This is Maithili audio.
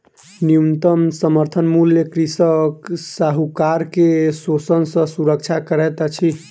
न्यूनतम समर्थन मूल्य कृषक साहूकार के शोषण सॅ सुरक्षा करैत अछि